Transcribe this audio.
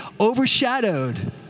overshadowed